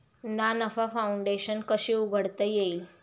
ना नफा फाउंडेशन कशी उघडता येईल?